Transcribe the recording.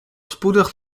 spoedig